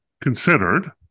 considered